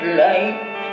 light